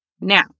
Now